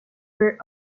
were